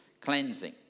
cleansing